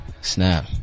snap